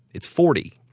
it's forty.